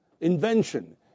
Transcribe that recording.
invention